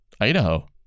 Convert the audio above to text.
idaho